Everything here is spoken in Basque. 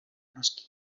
noski